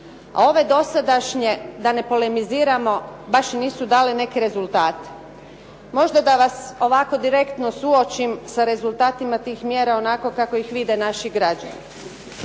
A ove dosadašnje, da ne polemiziramo, baš i nisu dale neke rezultate. Možda da vas ovako direktno suočim sa rezultatima tih mjera onako kako ih vide naši građani.